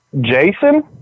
Jason